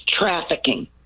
trafficking